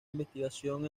investigación